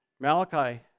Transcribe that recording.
Malachi